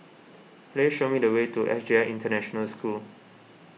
please show me the way to S J I International School